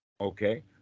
Okay